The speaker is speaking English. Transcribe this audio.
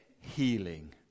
healing